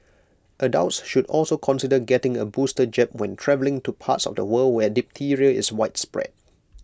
adults should also consider getting A booster jab when travelling to parts of the world where diphtheria is widespread